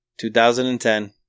2010